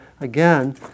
again